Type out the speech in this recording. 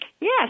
Yes